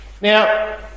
Now